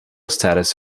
status